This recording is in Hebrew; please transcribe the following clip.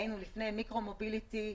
היינו לפני מיקרו מוביליטי,